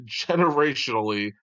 generationally